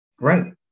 Right